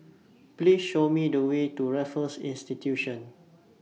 Please Show Me The Way to Raffles Institution